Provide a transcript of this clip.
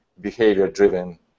behavior-driven